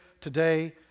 today